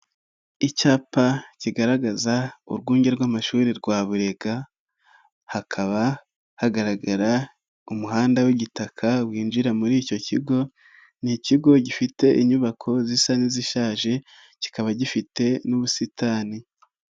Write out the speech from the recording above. Icyapa kigaragaza urwunge rw'amashuri rwa Burega, hakaba hagaragara umuhanda w'igitaka winjira muri icyo kigo, n'ikigo gifite inyubako zisa n'izishaje kikaba gifite n'ubusitani.